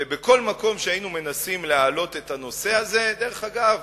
ובכל מקום שהיינו מנסים להעלות את הנושא הזה דרך אגב,